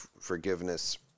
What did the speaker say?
forgiveness